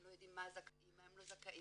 הם לא יודעים למה הם זכאים ולמה הם לא זכאים.